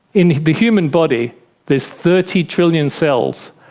in the human body there's thirty trillion cells,